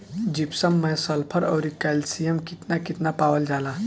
Gypsum मैं sulphur औरी calcium कितना कितना पावल जाला?